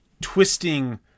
twisting